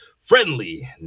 friendly